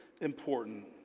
important